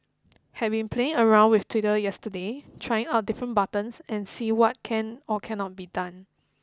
having playing around with Twitter yesterday trying out different buttons and see what can or cannot be done